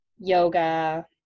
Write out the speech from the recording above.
yoga